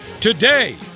Today